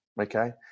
Okay